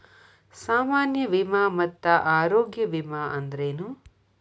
ಸಾಮಾನ್ಯ ವಿಮಾ ಮತ್ತ ಆರೋಗ್ಯ ವಿಮಾ ಅಂದ್ರೇನು?